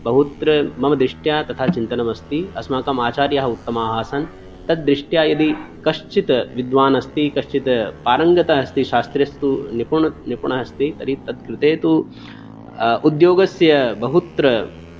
बहुत्र मम दृष्ट्या तथा चिन्तनमस्ति अस्माकम् आचार्याः उत्तमाः आसन् तद्दृष्ट्या यदि कश्चित् विद्वान् अस्ति कश्चित् पारङ्गतः अस्ति शास्त्रेषु निपुण् निपुणः अस्ति तर्हि तत् कृते तु उद्योगस्य बहुत्र